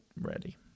ready